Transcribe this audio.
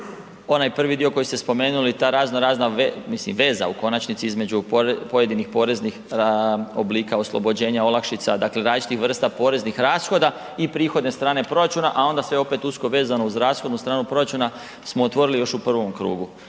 onaj prvi koji ste spomenuli, ta raznorazna mislim veza u konačnici između pojedinih poreznih oblika oslobođenja olakšica dakle različitih vrsta poreznih rashoda i prihodne strane proračuna a onda sve opet usko vezano uz rashodnu stranu proračuna smo otvorili još u prvom krugu.